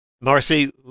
Marcy